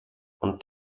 und